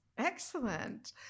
Excellent